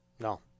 No